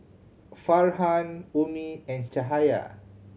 Farhan Ummi and Cahaya